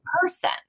person